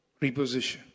Reposition